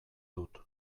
dut